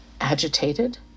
agitated